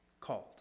called